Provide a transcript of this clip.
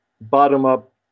bottom-up